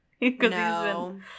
No